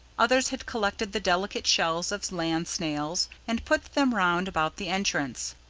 others had collected the delicate shells of land snails, and put them round about the entrance.